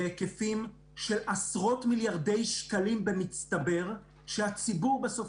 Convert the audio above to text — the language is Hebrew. השקעה בהיקפים של עשרות מיליארדי שקלים במצטבר שהציבור בסוף